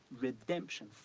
redemption